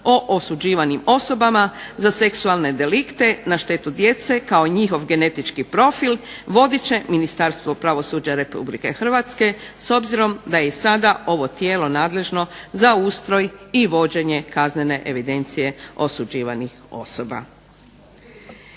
o osuđivanim osobama za seksualne delikte na štetu djece kao i njihov genetički profil vodit će Ministarstvo pravosuđa RH s obzirom da je i sada ovo tijelo nadležno za ustroj i vođenje kaznene evidencije osuđivanih osoba."